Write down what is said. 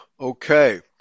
Okay